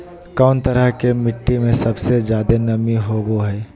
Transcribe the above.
कौन तरह के मिट्टी में सबसे जादे नमी होबो हइ?